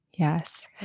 Yes